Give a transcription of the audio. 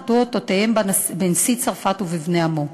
נתנו אותותיהם בנשיא צרפת ובבני עמו.